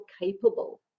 capable